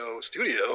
studio